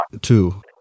two